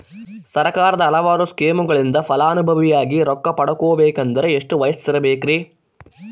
ಸರ್ಕಾರದ ಹಲವಾರು ಸ್ಕೇಮುಗಳಿಂದ ಫಲಾನುಭವಿಯಾಗಿ ರೊಕ್ಕ ಪಡಕೊಬೇಕಂದರೆ ಎಷ್ಟು ವಯಸ್ಸಿರಬೇಕ್ರಿ?